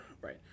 Right